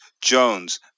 Jones